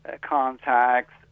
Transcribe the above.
contacts